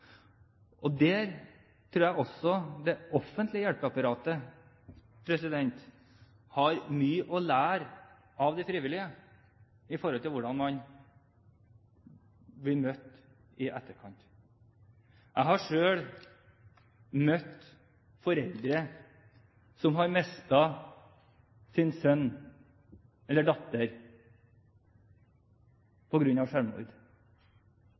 Jeg tror det offentlige hjelpeapparatet har mye å lære av de frivillige om hvordan man blir møtt i etterkant. Jeg har selv møtt foreldre som har mistet sin sønn eller datter